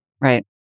Right